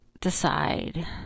decide